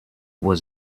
was